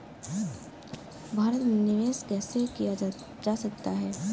भारत में निवेश कैसे किया जा सकता है?